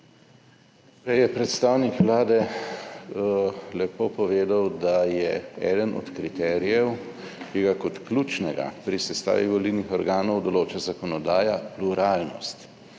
predstavnik Vlade lepo povedal, da je eden od kriterijev, ki ga kot ključnega pri sestavi volilnih organov določa zakonodaja, pluralnost.